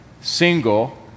single